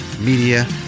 media